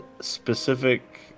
specific